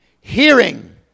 hearing